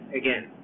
again